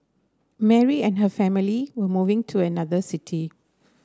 Mary and her family were moving to another city